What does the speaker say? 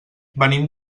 venim